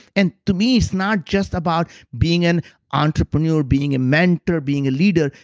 and to me it's not just about being an entrepreneur, being a mentor, being a leader.